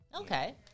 okay